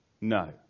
No